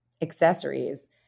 accessories